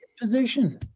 position